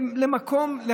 למקום,